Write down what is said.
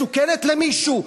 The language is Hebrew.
מה, היא מסוכנת למישהו?